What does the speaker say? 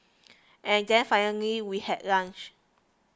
and then finally we had lunch